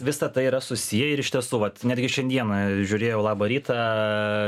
visa tai yra susiję ir iš tiesų vat netgi šiandieną žiūrėjau labą rytą